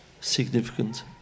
significant